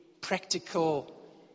practical